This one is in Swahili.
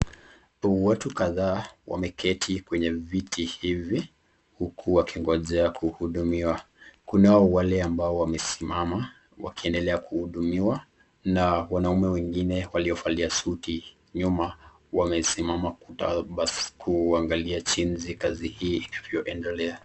Watu kadhaa wameketi kwenye viti hivi huku wakingojea kuhudumiwa. Kuna wale ambao wamesimama wakiendelea kuhudumiwa na wanaume wengine waliofalia suti nyuma wamesimama kuangalia jinsi kazi hii inavyoendelea.